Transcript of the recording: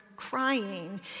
Crying